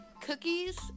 Cookies